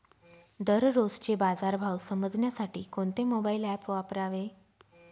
दररोजचे बाजार भाव समजण्यासाठी कोणते मोबाईल ॲप वापरावे?